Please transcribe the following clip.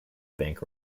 bank